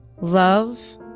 Love